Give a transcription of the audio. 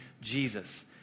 Jesus